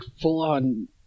full-on